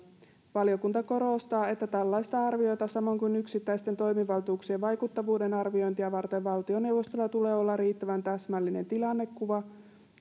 valiokunta korostaa että tällaista arviota samoin kuin yksittäisten toimivaltuuksien vaikuttavuuden arviointia varten valtioneuvostolla tulee olla riittävän täsmällinen tilannekuva